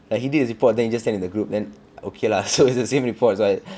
like he did his report then he just send in the group then okay lah so it's the same report so I